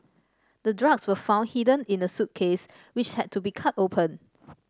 the drugs were found hidden in the suitcase which had to be cut open